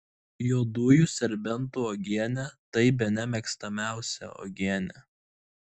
juodųjų serbentų uogienė tai bene mėgstamiausia uogienė